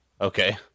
Okay